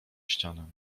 ścianę